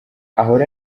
ahora